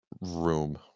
room